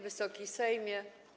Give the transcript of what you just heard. Wysoki Sejmie!